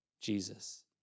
Jesus